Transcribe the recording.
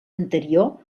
anterior